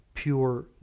pure